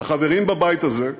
החברים בבית הזה,